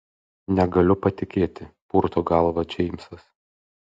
negaliu patikėti purto galvą džeimsas